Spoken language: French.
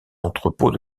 entrepôts